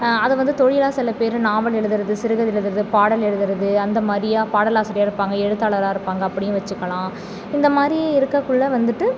அதை வந்து தொழிலாக சில பேர் நாவல் எழுதுகிறது சிறுகதை எழுதுகிறது பாடல் எழுதுகிறது அந்த மாதிரியா பாடல் ஆசிரியர் இருப்பாங்க எழுத்தாளராக இருப்பாங்க அப்படியும் வச்சுக்கலாம் இந்த மாதிரி இருக்கக்குள்ள வந்துவிட்டு